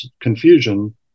confusion